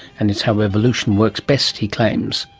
and it's how evolution works best, he claims.